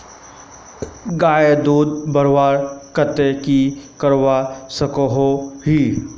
गायेर दूध बढ़वार केते की करवा सकोहो ही?